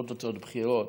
לא תוצאות בחירות,